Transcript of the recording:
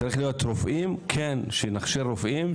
צריך שנכשיר רופאים,